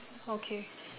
okay